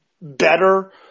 better